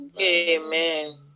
Amen